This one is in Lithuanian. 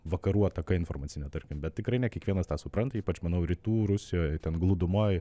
vakarų ataka informacinė tarkim bet tikrai ne kiekvienas tą supranta ypač manau rytų rusijoj ten glūdumoj